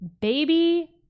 baby